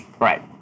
Right